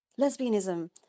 lesbianism